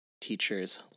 teachers